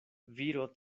viro